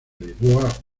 lisboa